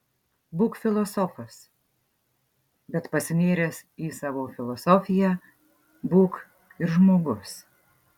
būk filosofas bet pasinėręs į savo filosofiją būk ir žmogus